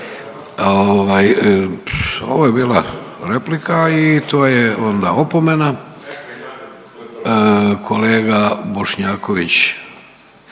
Ovo je bila replika i to je onda opomena. Kolega Bošnjaković,